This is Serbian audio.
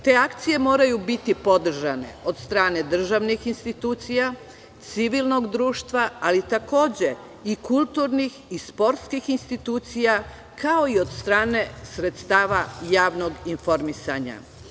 Te akcije moraju biti podržane od strane državnih institucija, civilnog društva, ali takođe i kulturnih i sportskih institucija, kao i od strane sredstava javnog informisanja.